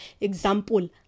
example